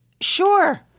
sure